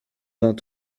vingt